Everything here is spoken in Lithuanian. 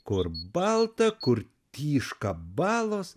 kur balta kur tyška balos